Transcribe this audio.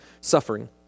suffering